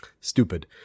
Stupid